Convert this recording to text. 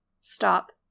Stop